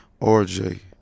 RJ